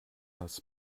das